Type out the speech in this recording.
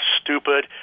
stupid